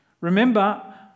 Remember